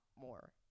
more